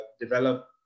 develop